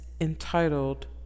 entitled